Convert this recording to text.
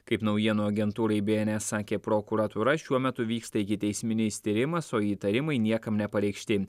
kaip naujienų agentūrai bns sakė prokuratūra šiuo metu vyksta ikiteisminis tyrimas o įtarimai niekam nepareikšti